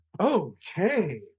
Okay